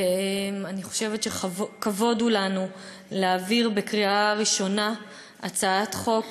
ואני חושבת שכבוד הוא לנו להעביר בקריאה ראשונה היום,